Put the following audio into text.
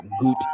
good